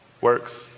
works